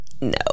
no